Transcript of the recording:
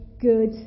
good